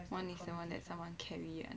one is the one that someone carry ah